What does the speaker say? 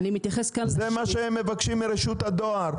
זה מה שהם מבקשים מרשות הדואר,